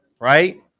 right